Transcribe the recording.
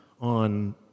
on